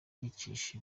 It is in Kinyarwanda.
yicisha